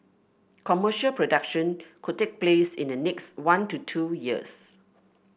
commercial production could take place in the next one to two years